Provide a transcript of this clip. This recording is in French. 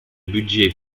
budget